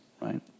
right